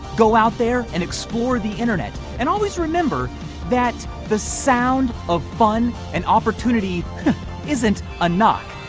go out there and explore the internet. and always remember that the sound of fun and opportunity isn't a knock.